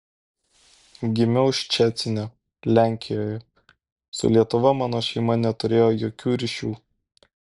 gimiau ščecine lenkijoje su lietuva mano šeima neturėjo jokių ryšių